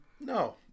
No